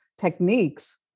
techniques